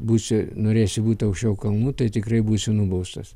būsi nurėsi būt aukščiau kalnų tai tikrai būsi nubaustas